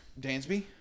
Dansby